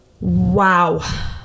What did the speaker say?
wow